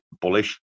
bullish